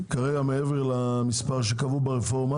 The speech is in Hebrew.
מעבר למספר שקבעו ברפורמה.